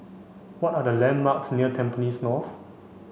what are the landmarks near Tampines North